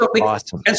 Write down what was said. awesome